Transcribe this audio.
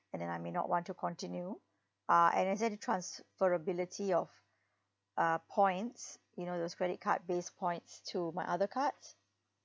and then I may not want to continue uh and is there transferability uh points you know those credit card base points to my other cards